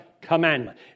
commandment